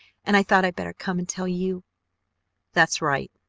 and i thought i better come and tell you that's right.